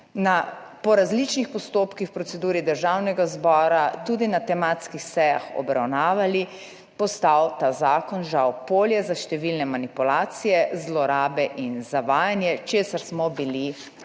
po različnih postopkih v proceduri Državnega zbora, tudi na tematskih sejah, obravnavali, [razlog, da bi] postal ta zakon žal polje za številne manipulacije, zlorabe in zavajanje, česar smo bili deležni